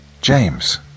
James